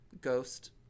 ghost